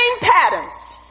patterns